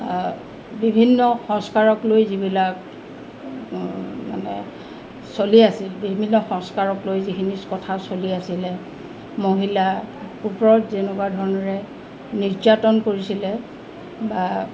বিভিন্ন সংস্কাৰক লৈ যিবিলাক মানে চলি আছিল বিভিন্ন সংস্কাৰক লৈ যিখিনি কথা চলি আছিলে মহিলা ওপৰত যেনেকুৱা ধৰণেৰে নিৰ্যাতন কৰিছিলে বা